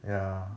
ya